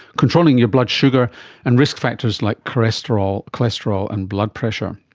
controlling your blood sugar and risk factors like cholesterol cholesterol and blood pressure.